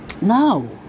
no